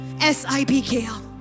S-I-B-K-L